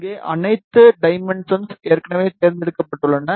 இங்கே அனைத்து டைமென்ஷன்ஸ் ஏற்கனவே தேர்ந்தெடுக்கப்பட்டுள்ளன